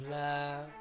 love